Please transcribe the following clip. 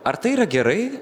ar tai yra gerai